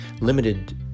limited